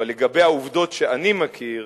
אבל לגבי העובדות שאני מכיר,